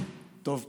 טוב פה.